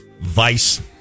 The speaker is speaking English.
Vice